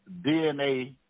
DNA